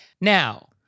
Now